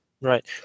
Right